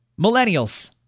Millennials